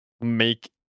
make